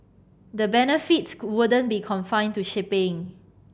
the benefits wouldn't be confined to shipping